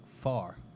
far